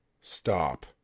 stop